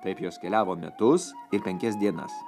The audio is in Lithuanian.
taip jos keliavo metus ir penkias dienas